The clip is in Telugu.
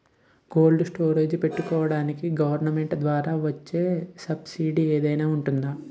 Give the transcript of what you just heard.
కోల్డ్ స్టోరేజ్ పెట్టుకోడానికి గవర్నమెంట్ ద్వారా వచ్చే సబ్సిడీ ఏమైనా ఉన్నాయా?